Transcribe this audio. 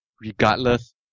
regardless